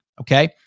Okay